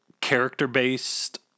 character-based